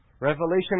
Revelation